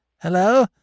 Hello